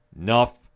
Enough